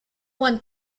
one